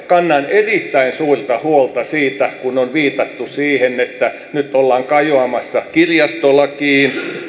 kannan erittäin suurta huolta siitä mihin on viitattu että nyt ollaan kajoamassa kirjastolakiin